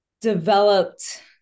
developed